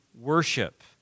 worship